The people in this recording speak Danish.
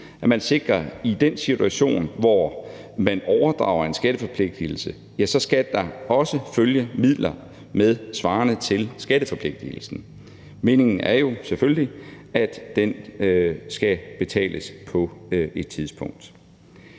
at man i den situation, hvor man overdrager en skatteforpligtigelse, sikrer, at der også følger midler med svarende til skatteforpligtigelsen. Meningen er jo selvfølgelig, at den skal betales på et tidspunkt.